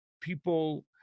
people